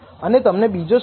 અને તમને બીજો સ્લોપ મળશે